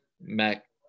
Mac